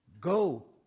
go